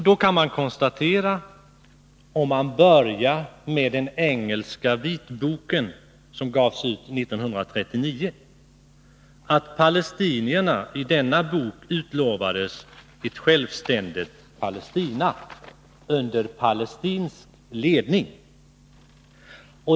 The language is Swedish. Då kan man — om man börjar med den engelska vitboken som gavs ut 1939 — konstatera att palestinierna i denna bok utlovades ett självständigt Palestina, under palestinsk ledning.